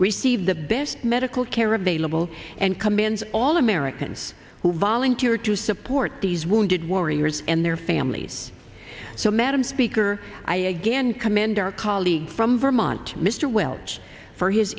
receive the best medical care available and commands all americans who volunteer to support these wounded warriors and their families so madam speaker i again commend our colleague from vermont mr welch for his